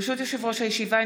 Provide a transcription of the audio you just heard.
ברשות יושב-ראש הישיבה,